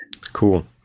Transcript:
Cool